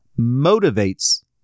motivates